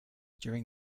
during